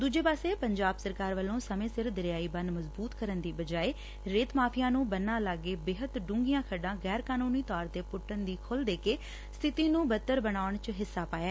ਦੁਜੇ ਪਾਸੇ ਪੰਜਾਬ ਸਰਕਾਰ ਵੱਲੋਂ ਸਮੇਂ ਸਿਰ ਦਰਿਆਈ ਬੰਨ ਮਜਬੁਤ ਕਰਨ ਦੀ ਬਜਾਏ ਰੇਤ ਮਾਫੀਆ ਨੂੰ ਬੰਨ ਲਾਗੇ ਬੇਹੱਦ ਡੰਘੀਆਂ ਖੱਡਾਂ ਗੈਰ ਕਾਨੂੰਨੀ ਤੌਰ ਤੇ ਪੁੱਟਣ ਦੀ ਖੁੱਲ ਦੇ ਕੇ ਸਬਿਤੀ ਨੂੰ ਬਦਤਰ ਬਣਾਉਣ ਚ ਹਿੱਸਾ ਪਾਇਐ